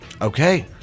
Okay